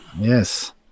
Yes